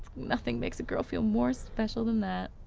nothing makes a girl feel more special than that.